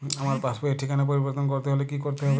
আমার পাসবই র ঠিকানা পরিবর্তন করতে হলে কী করতে হবে?